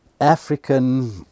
African